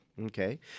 Okay